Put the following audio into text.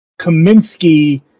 Kaminsky